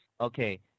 okay